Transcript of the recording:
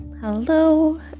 Hello